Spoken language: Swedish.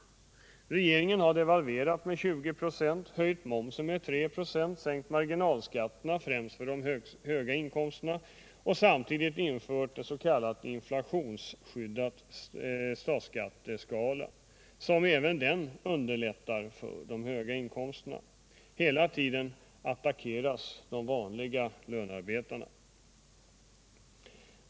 Regeringen har devalverat med 20 96, höjt momsen med 3 96, sänkt marginalskatten främst för höga inkomster och samtidigt infört en s.k. inflationsskyddad statsskatteskala. Även denna åtgärd underlättar för de högsta inkomsterna. Hela tiden attackeras lönearbetarna.